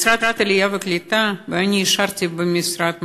במשרד העלייה והקליטה, ואני ישבתי במשרד,